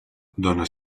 dóna